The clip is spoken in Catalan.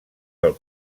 del